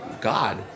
God